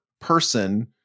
person